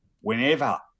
whenever